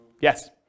Yes